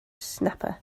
snapper